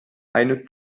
eine